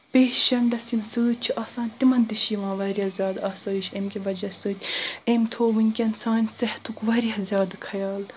patients یم سۭتۍ چھ آسان تمن تہِ چھ یوان واریاہ زیادٕ آسٲیش امہ کہِ وجہِ سۭتۍ أمۍ تھوو ونکیٚن سانہِ صحتک واریاہ زیادٕ خیال